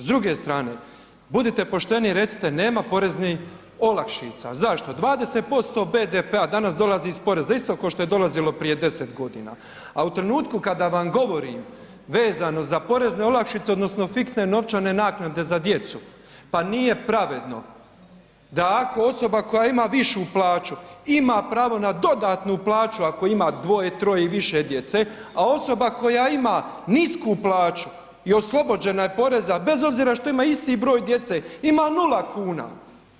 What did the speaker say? S druge strane budite pošteni i recite nema poreznih olakšica, zašto, 20% BDP-a danas dolazi iz poreza, isto košto je dolazilo prije 10.g., a u trenutku kada vam govorim vezano za porezne olakšice odnosno fiksne novčane naknade za djecu, pa nije pravedno da ako osoba koja ima višu plaću, ima pravo na dodatnu plaću ako ima dvoje, troje i više djece, a osoba koja ima nisku plaću i oslobođena je poreza bez obzira što ima isti broj djece, ima 0,00 kn, nije pravedno.